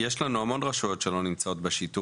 יש לנו המון רשויות שלא נמצאות בשיטור עירוני.